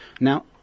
Now